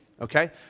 okay